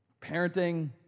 parenting